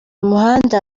muhanda